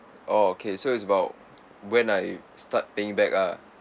oh okay so it's about when I start paying back ah